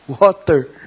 water